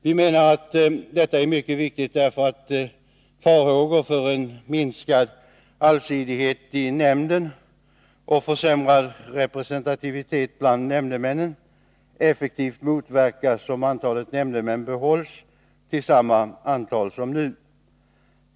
Vi menar att detta är mycket viktigt därför att farhågor för minskad allsidighet i nämnden och försämrad representativitet bland nämndemännen effektivt motverkas om det nuvarande antalet nämndemän behålls oföränd rat.